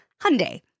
Hyundai